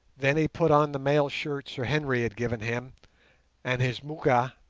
then he put on the mail shirt sir henry had given him and his moocha,